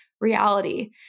reality